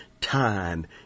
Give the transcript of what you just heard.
time